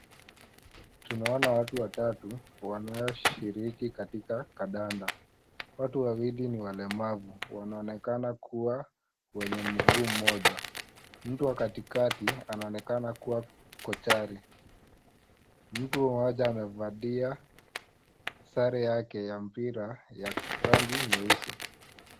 Tunaona watu watatu wanaoshiriki katika kandanda. Watu wawili ni walemavu wanaonekana kuwa wenye mguu moja. Mtu wa katikati anaonekana kuwa kochari. Mtu mmoja amevalia sare yake ya mpira ya rangi nyeusi.